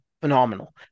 phenomenal